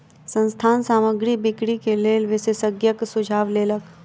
संस्थान सामग्री बिक्री के लेल विशेषज्ञक सुझाव लेलक